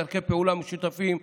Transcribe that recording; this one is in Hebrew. על דרכי פעולה משותפות,